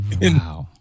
wow